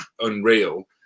unreal